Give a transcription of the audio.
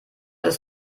das